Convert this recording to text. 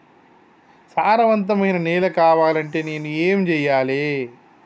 సారవంతమైన నేల కావాలంటే నేను ఏం చెయ్యాలే?